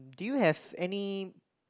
do you have any